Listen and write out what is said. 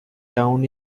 town